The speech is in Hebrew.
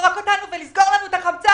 לזרוק אותנו ולסגור לנו את החמצן?